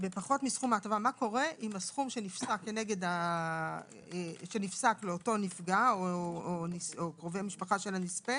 מה קורה אם הסכום שנפסק לאותו נפגע או קרובי משפחה של הנספה